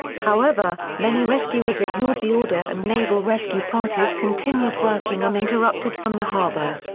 however, many rescuers ignored the order and naval rescue parties continued working uninterrupted from the harbour.